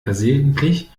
versehentlich